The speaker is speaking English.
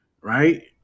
right